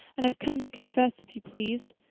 and i've come to confess, if you please.